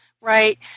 Right